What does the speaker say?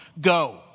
go